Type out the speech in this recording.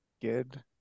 good